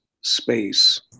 space